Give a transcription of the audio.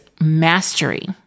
mastery